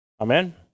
Amen